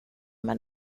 med